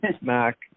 Mac